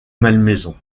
malmaison